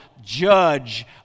judge